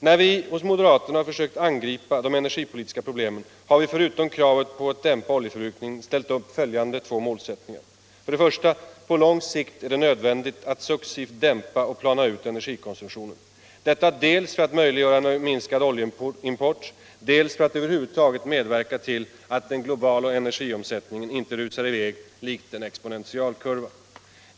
När vi i moderata samlingspartiet försökt angripa de energipolitiska problemen, har vi förutom kravet på att dämpa oljeförbrukningen ställt upp följande två målsättningar. 1. På lång sikt är det nödvändigt att successivt dämpa och plana ut energikonsumtionen, dels för att möjliggöra en minskad oljeimport, dels för att över huvud taget medverka till att den globala energiomsättningen inte rusar i väg likt en exponentialkurva.